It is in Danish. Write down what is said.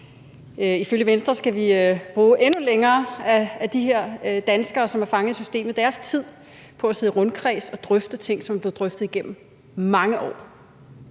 Ifølge Venstre skal vi bruge endnu mere af de her danskeres tid – de danskere, som er fanget i systemet – på at sidde i rundkreds og drøfte ting, som er blevet drøftet igennem i mange år.